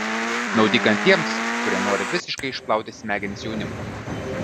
naudinga tiems kurie nori visiškai išplauti smegenis jaunimui